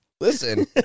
Listen